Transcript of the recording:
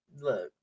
look